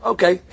Okay